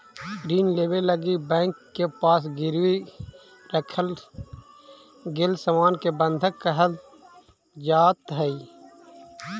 ऋण लेवे लगी बैंक के पास गिरवी रखल गेल सामान के बंधक कहल जाऽ हई